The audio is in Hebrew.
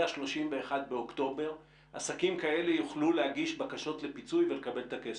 ה-31 באוקטובר עסקים כאלה יוכלו להגיש בקשות ולבקש את הכסף.